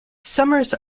summers